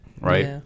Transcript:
right